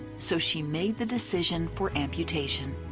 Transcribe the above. so she made the decision for amputation.